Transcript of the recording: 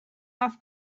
off